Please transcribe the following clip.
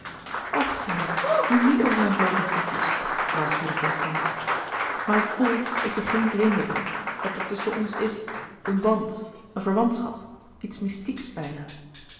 gerrit nu niet over mijn bloote voetjes waarschuwde constance maar ik voel dat je geen vreemde bent dat er tusschen ons is een band een verwantschap iets mystieks bijna